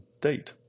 date